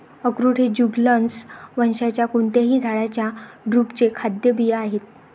अक्रोड हे जुगलन्स वंशाच्या कोणत्याही झाडाच्या ड्रुपचे खाद्य बिया आहेत